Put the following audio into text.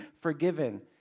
forgiven